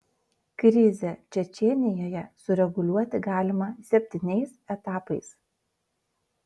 krizę čečėnijoje sureguliuoti galima septyniais etapais